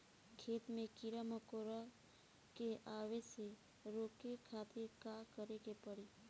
खेत मे कीड़ा मकोरा के आवे से रोके खातिर का करे के पड़ी?